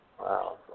Wow